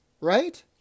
right